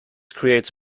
creates